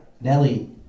Nelly